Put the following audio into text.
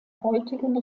heutigen